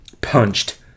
punched